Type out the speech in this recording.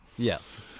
Yes